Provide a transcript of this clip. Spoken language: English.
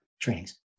trainings